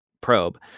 probe